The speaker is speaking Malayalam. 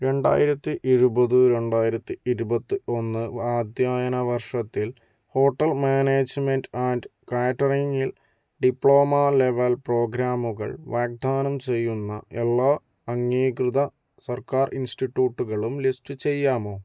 രണ്ടായിരത്തി ഇരുപത് രണ്ടായിരത്തി ഇരുപത്തിയൊന്ന് ആധ്യയന വർഷത്തിൽ ഹോട്ടൽ മാനേജ്മെന്റ് ആൻഡ് കാറ്ററിംങ്ങിൽ ഡിപ്ലോമ ലെവൽ പ്രോഗ്രാമുകൾ വാഗ്ദാനം ചെയ്യുന്ന എല്ലാ അംഗീകൃത സർക്കാർ ഇൻസ്റ്റിറ്റിറ്റ്യൂട്ടുകളും ലിസ്റ്റ് ചെയ്യാമോ